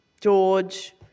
George